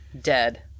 Dead